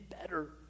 better